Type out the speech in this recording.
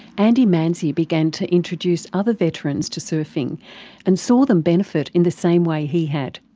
andy manzi began to introduce other veterans to surfing and saw them benefit in the same way he had.